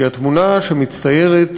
כי התמונה שמצטיירת,